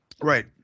Right